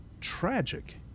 tragic